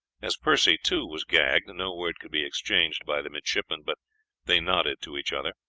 as percy, too, was gagged, no word could be exchanged by the midshipmen, but they nodded to each other.